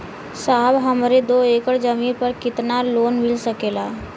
साहब हमरे दो एकड़ जमीन पर कितनालोन मिल सकेला?